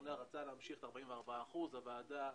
הממונה רצה להמשיך עם 44%, הוועדה